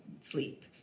sleep